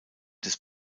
des